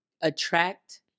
attract